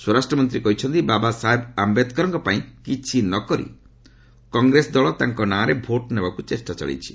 ସ୍ୱରାଷ୍ଟ୍ର ମନ୍ତ୍ରୀ କହିଛନ୍ତି ବାବା ସାହେବ ଆୟେଦକରଙ୍କ ପାଇଁ କିଛି ନ କରି କଂଗ୍ରେସ ଦଳ ତାଙ୍କ ନାଁରେ ଭୋଟ୍ ନେବାକୁ ଚେଷ୍ଟା କରୁଛି